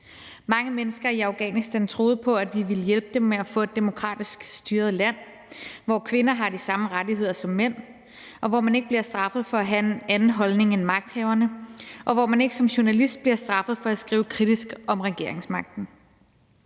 Mange mennesker i Afghanistan troede på, at vi ville hjælpe dem med at få et demokratisk styret land, hvor kvinder har de samme rettigheder som mænd, og hvor man ikke bliver straffet for at have en anden holdning end magthaverne, og hvor man ikke som journalist bliver straffet for at skrive kritisk om regeringsmagten.